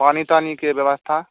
पानि तानीक व्यवस्था